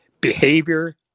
Behavior